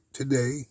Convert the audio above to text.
today